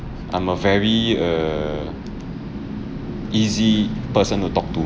I'm a very err easy person to talk to